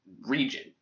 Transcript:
region